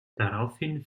daraufhin